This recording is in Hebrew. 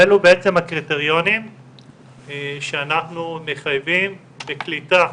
אלו בעצם הקריטריונים שאנחנו מחייבים לקליטה